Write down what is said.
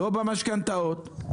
לא במשכנתאות,